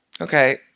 okay